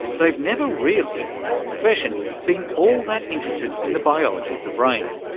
they've never really, as a profession, been all that interested in the biology of the brain,